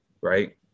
right